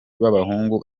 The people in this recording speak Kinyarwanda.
b’abahungu